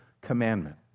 commandment